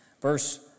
Verse